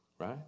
right